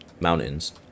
mountains